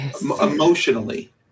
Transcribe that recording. emotionally